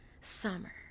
Summer